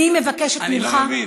אני מבקשת ממך, אני לא מבין.